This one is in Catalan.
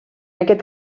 aquest